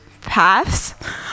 paths